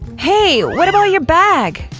hey, what about your bag?